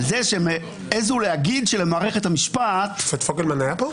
על זה שהם העזו להגיד שלמערכת המשפט --- השופט פוגלמן היה פה?